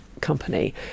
company